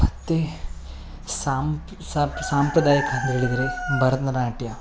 ಮತ್ತು ಸಾಂಪ್ರದಾಯಿಕ ಅಂತ ಹೇಳಿದರೆ ಭರತನಾಟ್ಯ